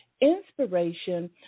inspiration